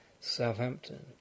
Southampton